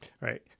Right